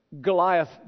Goliath